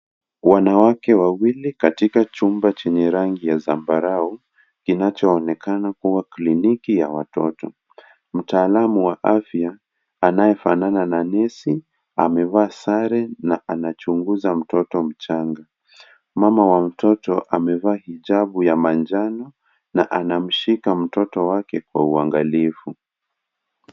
Wanawake wawili katika chumba chenye rangi ya zambarao kinachoonekana kuwa kliniki ya watoto . Mtaalamu wa afya anayefanana na nesi amevaa sare na anamchunguza mtoto mchanga. Mama wa mtoto amevaaa hijabu ya rangi ya manjano na anamshika mtoto wake kwa uangalifu.